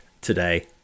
today